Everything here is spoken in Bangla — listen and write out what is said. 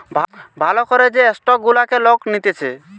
ভাল করে যে স্টক গুলাকে লোক নিতেছে